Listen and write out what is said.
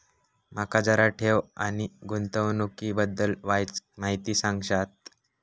माका जरा ठेव आणि गुंतवणूकी बद्दल वायचं माहिती सांगशात?